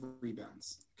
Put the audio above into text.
rebounds